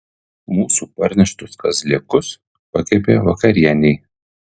mūsų parneštus kazlėkus pakepė vakarienei